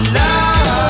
love